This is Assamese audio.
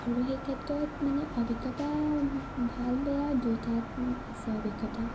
আৰু সেই ক্ষেত্ৰত মানে অভিজ্ঞতা ভাল বেয়া দুইটাত আছে অভিজ্ঞতা